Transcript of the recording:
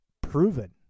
proven